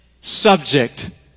subject